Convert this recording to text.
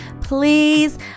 please